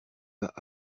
vas